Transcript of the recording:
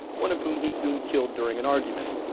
one of whom he soon killed during an argument.